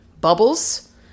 bubbles